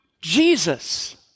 Jesus